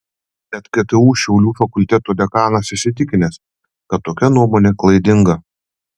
bet ktu šiaulių fakulteto dekanas įsitikinęs kad tokia nuomonė klaidinga